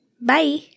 Bye